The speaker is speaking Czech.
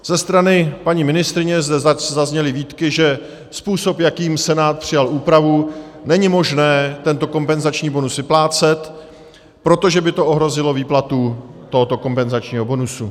Ze strany paní ministryně zde zazněly výtky, že způsob, jakým Senát přijal úpravu, není možné tento kompenzační bonus vyplácet, protože by to ohrozilo výplatu tohoto kompenzačního bonusu.